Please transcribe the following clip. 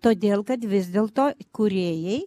todėl kad vis dėl to kūrėjai